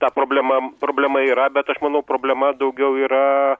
ta problema problema yra bet aš manau problema daugiau yra